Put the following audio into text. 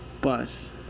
Bus